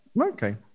Okay